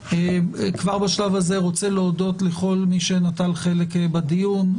כבר בשלב הזה אני רוצה להודות לכל מי שנטל חלק בדיון,